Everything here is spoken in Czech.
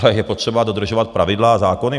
Ale je potřeba dodržovat pravidla a zákony.